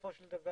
בסופו של דבר,